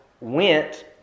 went